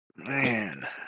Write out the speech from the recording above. man